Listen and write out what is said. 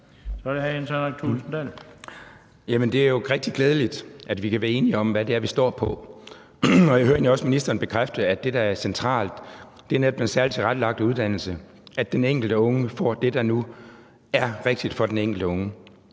Dahl. Kl. 15:41 Jens Henrik Thulesen Dahl (DF): Jamen det er jo rigtig glædeligt, at vi kan være enige om, hvad det er, vi står på. Jeg hører egentlig også ministeren bekræfte, at det, der er centralt, netop er den særligt tilrettelagte uddannelse, og at den enkelte unge får det, der nu er rigtigt for den enkelte unge.